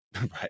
Right